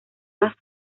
las